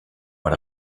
per